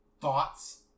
thoughts